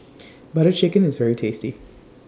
Butter Chicken IS very tasty